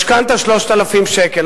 משכנתה, 3,000 שקל.